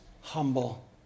humble